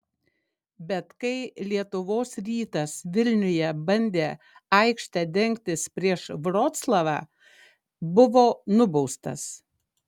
bet kai lietuvos rytas vilniuje bandė aikšte dengtis prieš vroclavą buvo nubaustas